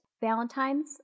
Valentine's